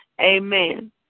Amen